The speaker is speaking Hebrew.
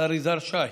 השר יזהר שי,